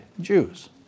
Jews